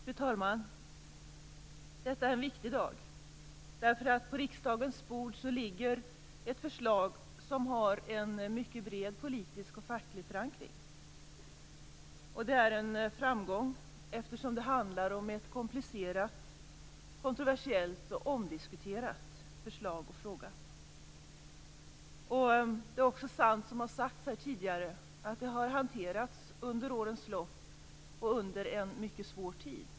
Fru talman! Detta är en viktig dag. På riksdagens bord ligger ett förslag som har en mycket bred politisk och facklig förankring. Det är en framgång, eftersom det handlar om ett komplicerat, kontroversiellt och omdiskuterat förslag i en svår fråga. Det är också sant som har sagts här tidigare att detta har hanterats under årens lopp och under en mycket svår tid.